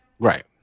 Right